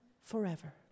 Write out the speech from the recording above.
forever